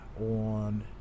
on